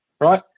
right